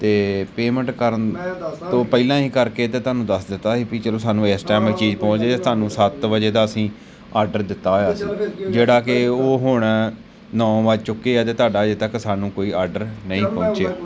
ਅਤੇ ਪੇਮੈਂਟ ਕਰਨ ਤੋਂ ਪਹਿਲਾਂ ਹੀ ਕਰਕੇ ਅਤੇ ਤੁਹਾਨੂੰ ਦੱਸ ਦਿੱਤਾ ਸੀ ਵੀ ਚਲੋ ਸਾਨੂੰ ਇਸ ਟੈਮ ਨਾਲ ਚੀਜ਼ ਪਹੁੰਚ ਜਾਵੇ ਤੁਹਾਨੂੰ ਸੱਤ ਵਜੇ ਦਾ ਅਸੀਂ ਆਡਰ ਦਿੱਤਾ ਹੋਇਆ ਸੀ ਜਿਹੜਾ ਕਿ ਉਹ ਹੁਣ ਨੌਂ ਵੱਜ ਚੁੱਕੇ ਆ ਅਤੇ ਤੁਹਾਡਾ ਅਜੇ ਤੱਕ ਸਾਨੂੰ ਕੋਈ ਆਡਰ ਨਹੀਂ ਪਹੁੰਚਿਆ